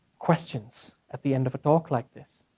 questions at the end of a talk like this.